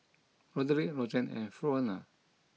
Roderic Rozanne and Fronia